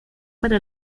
para